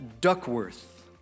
Duckworth